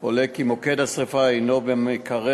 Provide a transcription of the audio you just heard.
עולה כי מוקד השרפה הוא במקרר